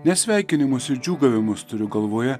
ne sveikinimus ir džiūgavimus turiu galvoje